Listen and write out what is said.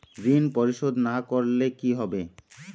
ঋণ পরিশোধ না করলে কি হবে?